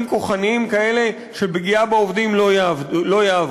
כוחניים כאלה של פגיעה בעובדים לא יעברו.